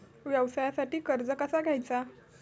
व्यवसायासाठी कर्ज कसा घ्यायचा?